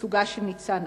ושגשוגה של ניצנה.